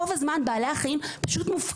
התוצאה שלה היא שבעלי החיים מגיעים